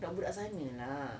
budak-budak sana lah